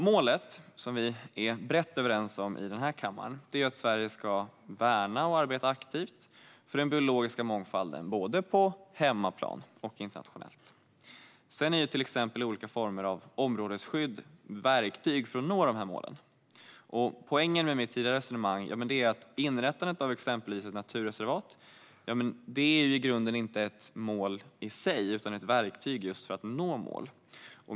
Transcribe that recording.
Målet som vi är brett överens om i kammaren är att Sverige ska värna och aktivt arbeta för den biologiska mångfalden på hemmaplan och internationellt. Sedan är olika former av områdesskydd verktyg för att nå målen. Poängen med mitt tidigare resonemang är att inrättandet av exempelvis ett naturreservat inte är ett mål i sig utan ett verktyg för att nå mål.